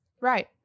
Right